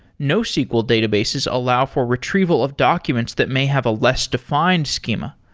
nosql databases allow for retrieval of documents that may have a less defined schema.